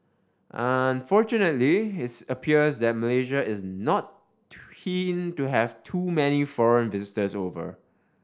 unfortunately its appears that Malaysia is not keen to have too many foreign visitors over